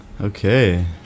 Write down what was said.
Okay